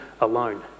alone